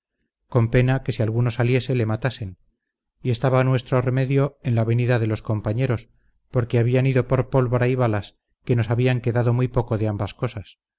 con pena que si alguno saliese le matasen y estaba nuestro remedio en la venida de los compañeros porque habían ido por pólvora y balas que nos había quedado muy poco de ambas cosas